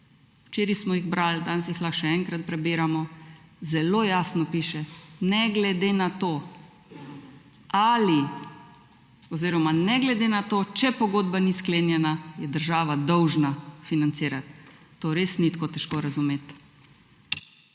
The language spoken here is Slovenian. Včeraj smo jih brali, danes jih lahko še enkrat prebiramo. Zelo jasno piše: ne glede na to ali oziroma ne glede na to, če pogodba ni sklenjena je država dolžna financirati. To res ni tako težko razumeti.